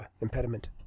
impediment